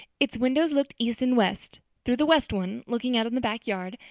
its windows looked east and west through the west one, looking out on the back yard,